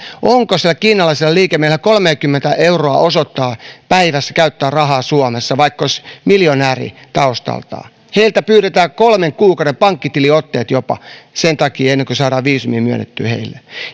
onko sillä kiinalaisella liikemiehellä osoittaa että hän voi kolmekymmentä euroa päivässä käyttää rahaa suomessa vaikka olisi miljonääri taustaltaan heiltä pyydetään kolmen kuukauden pankkitiliotteet ennen kuin saadaan viisumi myönnettyä heille